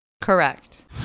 Correct